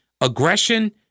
aggression